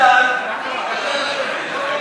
הכנסת,